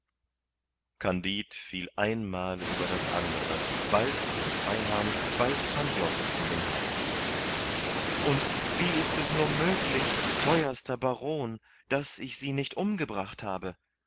kandid fiel einmal über das andere bald über dem freiherrn bald pangloß um den hals und wie ist es nur möglich theuerster baron daß ich sie nicht umgebracht habe